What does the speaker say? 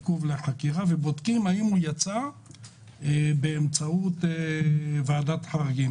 עיכוב לחקירה ובודקים האם הוא יצא באמצעות ועדת חריגים.